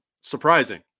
surprising